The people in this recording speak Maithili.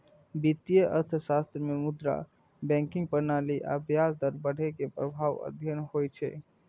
वित्तीय अर्थशास्त्र मे मुद्रा, बैंकिंग प्रणाली आ ब्याज दर बढ़ै के प्रभाव अध्ययन होइ छै